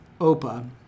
OPA